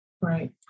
Right